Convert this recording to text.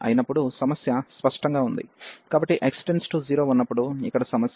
కాబట్టి x→0ఉన్నప్పుడు ఇక్కడ సమస్య